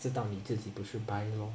知道你自己不是 bi lor